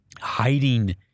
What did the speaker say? hiding